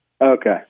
Okay